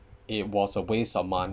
it was a waste of money